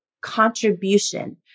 contribution